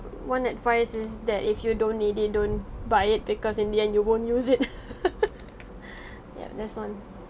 one advise is that if you don't need it don't buy it because in the end you won't use it ya that's one